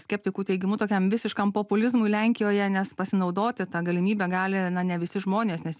skeptikų teigimu tokiam visiškam populizmui lenkijoje nes pasinaudoti ta galimybe gali na ne visi žmonės nes